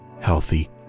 healthy